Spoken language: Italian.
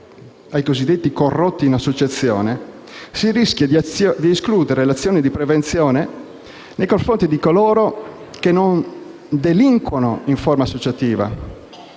ai cosiddetti corrotti in associazione, si rischia di escludere l'azione di prevenzione nei confronti di coloro che non delinquono in forma associativa,